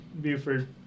Buford